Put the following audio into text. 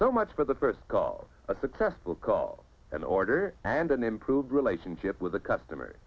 so much for the first call a successful call an order and an improved relationship with the customer